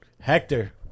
Hector